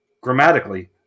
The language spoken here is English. Grammatically